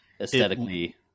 aesthetically